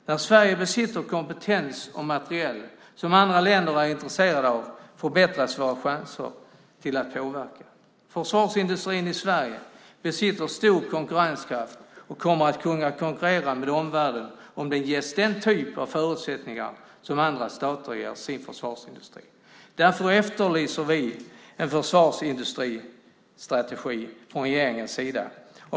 När Sverige besitter kompetens och materiel som andra länder är intresserade av förbättras våra chanser att påverka. Försvarsindustrin i Sverige besitter stor konkurrenskraft och kommer att kunna konkurrera med omvärlden om vi ges den typ av förutsättningar som andra stater ger sin försvarsindustri. Därför efterlyser vi en försvarsindustristrategi från regeringens sida.